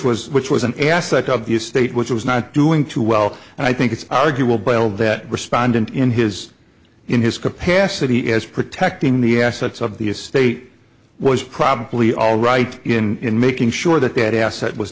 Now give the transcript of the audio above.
was which was an aspect of the estate which was not doing too well and i think it's arguable belled that respondent in his in his capacity as protecting the assets of the estate was probably all right in making sure that that asset was